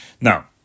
Now